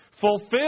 fulfill